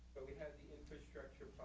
but we had the infrastructure